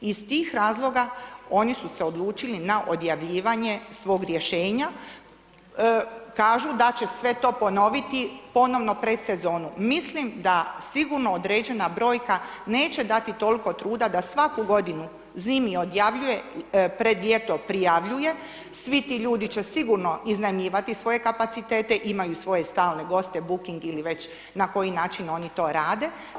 Iz tih razloga oni su se odlučili na odjavljivanje svog rješenja, kažu da će sve to ponoviti ponovo pred sezonu, mislim da sigurno određena brojka neće dati toliko truda da svaku godinu zimi pred ljeto prijavljuje, svi ti ljudi će sigurno iznajmljivati svoje kapacitete imaju svoje stalne goste buking ili već na koji način oni to rade.